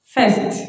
First